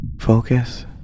Focus